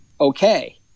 Okay